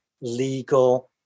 legal